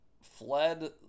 fled